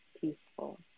peaceful